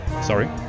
Sorry